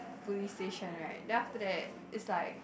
police station right then after that is like